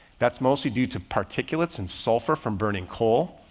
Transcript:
that's mostly due to particulates and sulfur from burning coal.